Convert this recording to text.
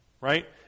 right